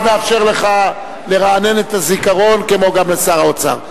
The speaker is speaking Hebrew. אז נאפשר לך לרענן את הזיכרון, כמו גם לשר האוצר.